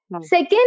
second